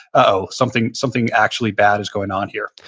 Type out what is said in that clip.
uh-oh, something something actually bad is going on here.